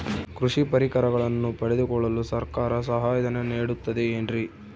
ಕೃಷಿ ಪರಿಕರಗಳನ್ನು ಪಡೆದುಕೊಳ್ಳಲು ಸರ್ಕಾರ ಸಹಾಯಧನ ನೇಡುತ್ತದೆ ಏನ್ರಿ?